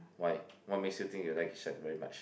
why what makes you think you like shark very much